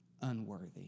unworthy